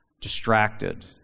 Distracted